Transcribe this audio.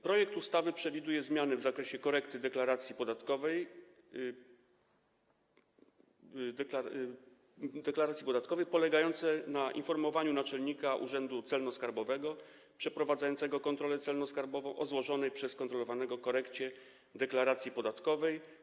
Projekt ustawy przewiduje zmiany w zakresie korekty deklaracji podatkowej polegające na informowaniu naczelnika urzędu celno-skarbowego przeprowadzającego kontrolę celno-skarbową o złożonej przez kontrolowanego korekcie deklaracji podatkowej.